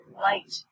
light